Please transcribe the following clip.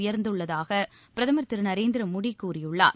உயர்ந்துள்ளதாக பிரதமர் திரு நரேந்திர மோடி கூறியுள்ளார்